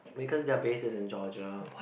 because their base is in Georgia